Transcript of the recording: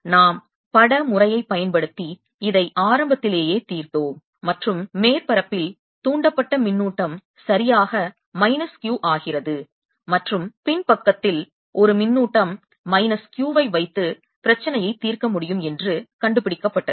நாம் பட முறையை பயன்படுத்தி இதை ஆரம்பத்திலேயே தீர்த்தோம் மற்றும் மேற்பரப்பில் தூண்டப்பட்ட மின்னூட்டம் சரியாக மைனஸ் Q ஆகிறது மற்றும் பின்பக்கத்தில் ஒரு மின்னூட்டம் மைனஸ் Q வை வைத்து பிரச்சனையை தீர்க்க முடியும் என்று கண்டுபிடிக்கப்பட்டது